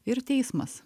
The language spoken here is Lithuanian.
ir teismas